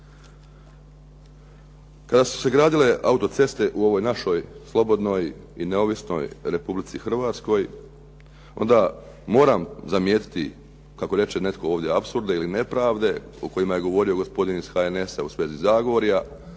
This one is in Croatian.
Kada su se gradile autoceste u ovoj našoj slobodnoj i neovisnoj Republici Hrvatskoj, onda moramo zamijetiti kako reče netko ovdje apsurde ili nepravde o kojima je govorio gospodin iz HNS-a u svezi Zagorja